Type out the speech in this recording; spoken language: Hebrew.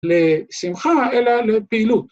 ‫לשמחה, אלא לפעילות.